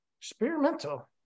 Experimental